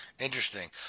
Interesting